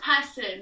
person